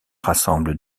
rassemblent